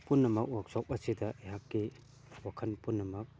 ꯄꯨꯝꯅꯃꯛ ꯋꯥꯛꯁꯣꯞ ꯑꯁꯤꯗ ꯑꯩꯍꯥꯛꯀꯤ ꯋꯥꯈꯜ ꯄꯨꯝꯅꯃꯛ